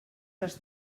les